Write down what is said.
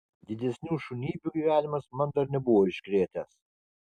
didesnių šunybių gyvenimas man dar nebuvo iškrėtęs